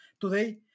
Today